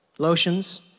Lotions